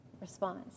response